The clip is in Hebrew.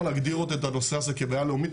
להגדיר עוד את הנושא הזה כבעיה לאומית,